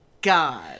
God